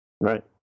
Right